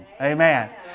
Amen